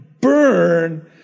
burn